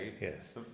Yes